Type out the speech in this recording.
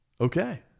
okay